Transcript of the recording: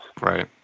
Right